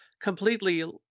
completely